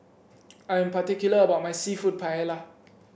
I am particular about my seafood Paella